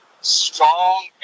strong